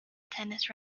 tennis